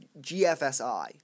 GFSI